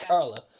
Carla